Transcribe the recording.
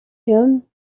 him